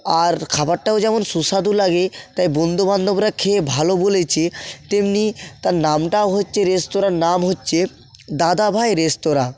আর খাবারটাও যেমন সুস্বাদু লাগে তাই বন্ধু বান্ধবরা খেয়ে ভালো বলেছে তেমনি তার নামটাও হচ্ছে রেস্তোরাঁর নাম হচ্ছে দাদা ভাই রেস্তোরাঁ